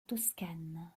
toscane